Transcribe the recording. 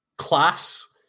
class